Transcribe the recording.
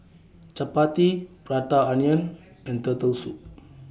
Chappati Prata Onion and Turtle Soup